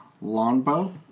Longbow